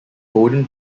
golden